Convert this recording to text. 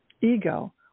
ego